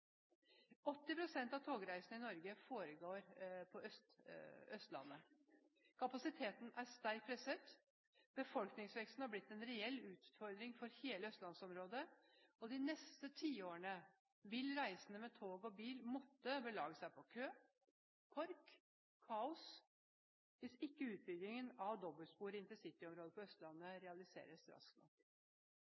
pst. av togreisene i Norge foregår på Østlandet. Kapasiteten er sterkt presset. Befolkningsveksten har blitt en reell utfordring for hele østlandsområdet, og de neste tiårene vil reisende med tog og bil måtte belage seg på kø, kork og kaos hvis ikke utbyggingen av dobbeltspor i intercityområdet på Østlandet realiseres raskt nok.